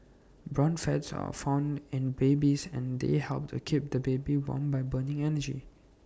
brown fats are found in babies and they help to keep the baby warm by burning energy